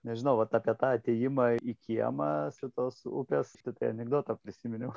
nežinau vat apie tą atėjimą į kiemą šitos upės tai anekdotą prisiminiau